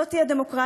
לא תהיה דמוקרטיה,